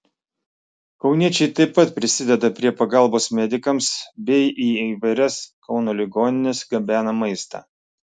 kauniečiai taip pat prisideda prie pagalbos medikams bei į įvairias kauno ligonines gabena maistą